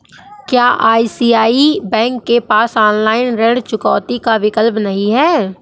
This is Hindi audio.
क्या आई.सी.आई.सी.आई बैंक के पास ऑनलाइन ऋण चुकौती का विकल्प नहीं है?